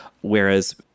Whereas